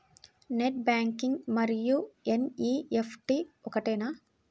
Net banking మరియు NEFT ఒకటేనా?